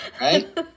Right